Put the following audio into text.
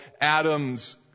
Adam's